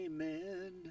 Amen